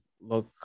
look